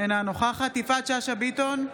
אינה נוכחת יפעת שאשא ביטון,